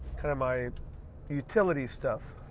kind of my utility stuff.